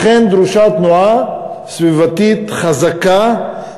לכן דרושה תנועה סביבתית חזקה,